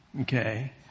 Okay